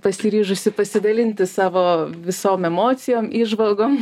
pasiryžusi pasidalinti savo visom emocijom įžvalgom